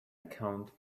account